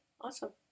Awesome